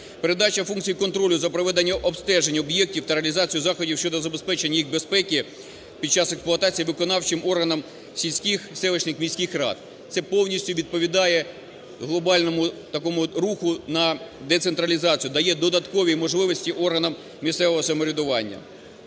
Передача функцій контролю за проведенням обстежень об'єктів та реалізацію заходів щодо забезпечення їх безпеки під час експлуатації виконавчим органом в сільських, селищних, міських рад. Це повністю відповідає глобальному такому руху на децентралізацію, дає додаткові можливості органам місцевого самоврядування.